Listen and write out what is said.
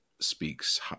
speaks